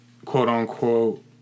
quote-unquote